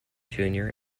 junior